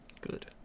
Good